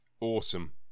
awesome